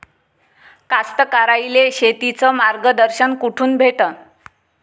कास्तकाराइले शेतीचं मार्गदर्शन कुठून भेटन?